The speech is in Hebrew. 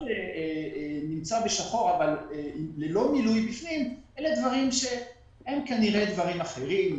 מה שנמצא בשחור אבל ללא מילוי בפנים אלה דברים שהם כנראה דברים אחרים,